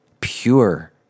pure